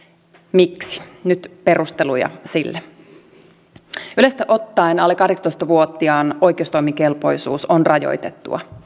miksi nyt perusteluja sille yleisesti ottaen alle kahdeksantoista vuotiaan oikeustoimikelpoisuus on rajoitettua